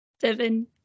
Seven